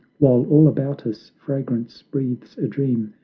while all about us fragrance breathes a dream,